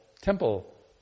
temple